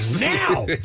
now